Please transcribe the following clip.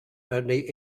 only